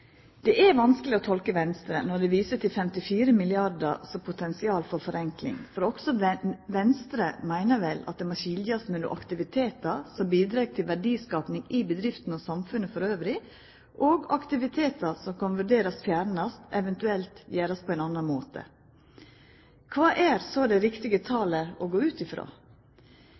Det er vanskeleg å tolke Venstre når dei viser til 54 mrd. som potensial for forenkling, for også Venstre meiner vel at det må skiljast mellom aktivitetar som bidreg til verdiskaping i bedriftene og samfunnet elles, og aktivitetar som kan vurderast fjerna, eventuelt gjerast på ein annan måte. Kva er så det riktige talet å gå ut